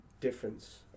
difference